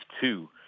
two